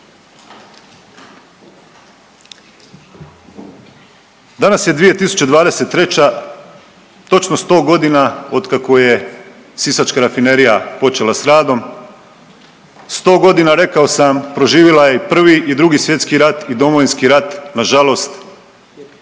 Danas je 2023., točno 100 godina otkako je sisačka rafinerija počela s radom, 100 godina, rekao sam, proživila je i Prvi i Drugi svjetski rat i Domovinski rat, nažalost